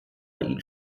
ihn